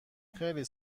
خیلی